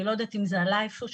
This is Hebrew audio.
אני לא יודעת אם זה עלה איפשהו,